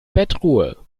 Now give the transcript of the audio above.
bettruhe